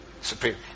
Supreme